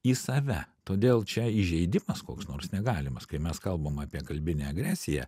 į save todėl čia įžeidimas koks nors negalimas kai mes kalbam apie kalbinę agresiją